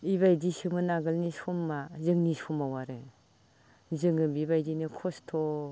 इबायदिसोमोन आगोलनि समा जोंनि समाव आरो जोङो बिबायदिनो खस्थ'